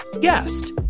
guest